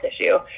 issue